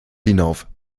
hinauf